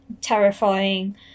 terrifying